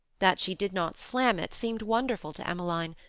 that she did not slam it seemed wonderful to emmeline.